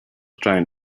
trying